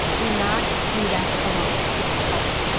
do not do that alone. get help.